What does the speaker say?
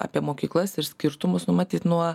apie mokyklas ir skirtumus nu matyt nuo